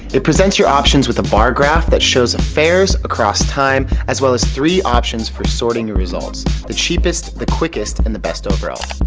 it presents your options with a bar graph that shows fares across time, as well as three options for sorting the results the cheapest the quickest and the best overall.